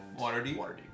Waterdeep